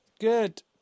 Good